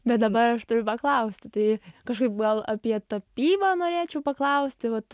bet dabar aš turiu paklausti tai kažkaip gal apie tapybą norėčiau paklausti vat